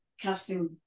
casting